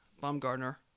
Baumgartner